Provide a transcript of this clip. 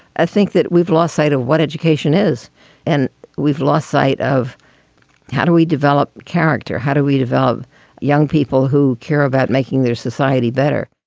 i think that we've lost sight of what education is and we've lost sight of how do we develop character? how do we develop young people who care about making their society better?